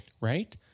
Right